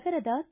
ನಗರದ ಕೆ